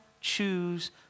choose